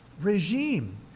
regime